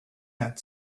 had